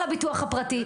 על הביטוח הפרטי,